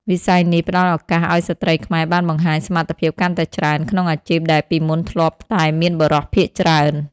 វិស័យនេះផ្ដល់ឱកាសឱ្យស្ត្រីខ្មែរបានបង្ហាញសមត្ថភាពកាន់តែច្រើន ក្នុងអាជីពដែលពីមុនធ្លាប់តែមានបុរសភាគច្រើន។